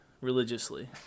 religiously